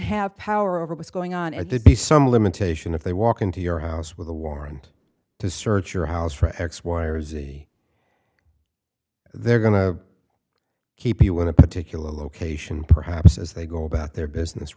have power over what's going on and they be some limitation if they walk into your house with a warrant to search your house for x y or z they're going to keep you want a particular location perhaps as they go about their business